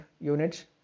units